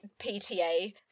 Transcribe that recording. PTA